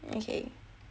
okay